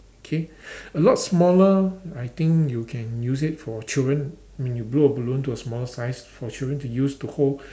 okay a lot smaller I think you can use it for children when you blow a balloon to a smaller size for children to use to hold